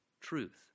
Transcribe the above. truth